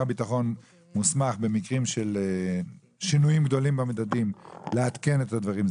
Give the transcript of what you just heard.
הביטחון מוסמך במקרים של שינויים גדולים במדדים לעדכן את הדברים,